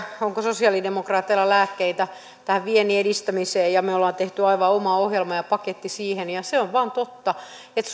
onko sosialidemok raateilla lääkkeitä tähän viennin edistämiseen me olemme tehneet aivan omaa ohjelmaa ja pakettia siihen ja se on vaan totta että